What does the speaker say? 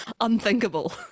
Unthinkable